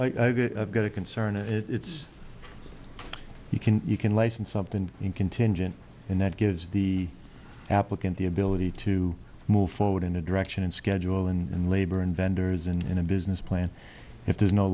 well i've got a concern it's you can you can listen something in contingent and that gives the applicant the ability to move forward in a direction and schedule and labor in vendors and a business plan if there's no